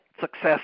success